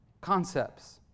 concepts